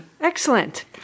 excellent